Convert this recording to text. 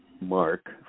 Mark